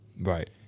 Right